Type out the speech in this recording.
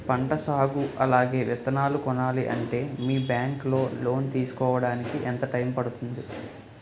పంట సాగు అలాగే విత్తనాలు కొనాలి అంటే మీ బ్యాంక్ లో లోన్ తీసుకోడానికి ఎంత టైం పడుతుంది?